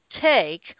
take